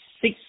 six